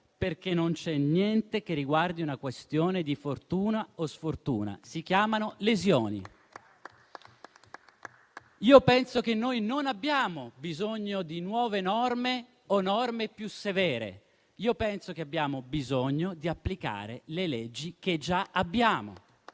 perché non c'è niente che riguardi una questione di fortuna o sfortuna: si chiamano lesioni. Io penso che non abbiamo bisogno di nuove norme o di norme più severe; penso che abbiamo bisogno di applicare le leggi che già abbiamo.